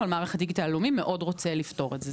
אבל מערך הדיגיטל הלאומי מאוד רוצה לפתור את זה.